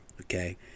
okay